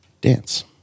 Dance